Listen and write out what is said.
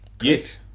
Yes